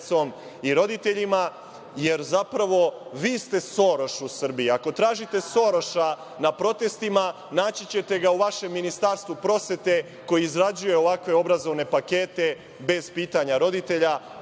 i roditeljima, jer, zapravo, vi ste Soroš u Srbiji. Ako tražite Soroša na protestima, naći ćete ga u vašem Ministarstvu prosvete koje izrađuje ovakve obrazovne pakete bez pitanja roditelja.